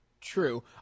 true